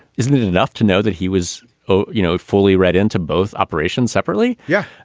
isn't it enough to know that he was, you know, fully read into both operations separately? yeah,